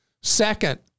Second